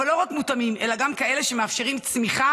אבל לא רק מותאמים אלא גם כאלה שמאפשרים צמיחה,